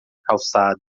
calçada